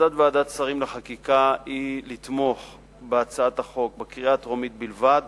החלטת ועדת שרים לחקיקה היא לתמוך בהצעת החוק בקריאה הטרומית בלבד,